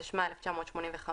התשמ"ה-1985,